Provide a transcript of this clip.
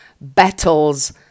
battles